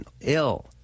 ill